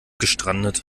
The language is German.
gestrandet